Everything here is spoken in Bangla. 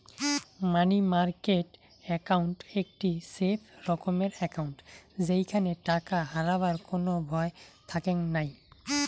মানি মার্কেট একাউন্ট একটি সেফ রকমের একাউন্ট যেইখানে টাকা হারাবার কোনো ভয় থাকেঙ নাই